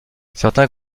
certains